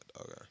Okay